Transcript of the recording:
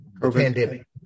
pandemic